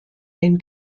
den